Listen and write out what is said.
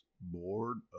board